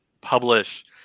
publish